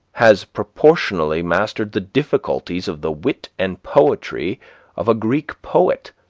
has proportionally mastered the difficulties of the wit and poetry of a greek poet,